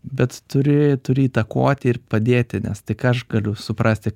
bet turi turi įtakoti ir padėti nes tai ką aš galiu suprasti